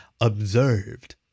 observed